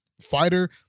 fighter